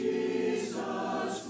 Jesus